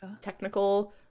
technical